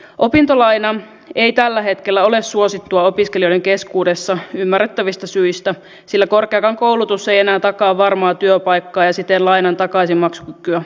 opintolaina ei tällä hetkellä ole suosittu opiskelijoiden keskuudessa ymmärrettävistä syistä sillä korkeakaan koulutus ei enää takaa varmaa työpaikkaa ja siten lainan takaisinmaksukykyä